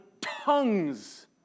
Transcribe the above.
tongues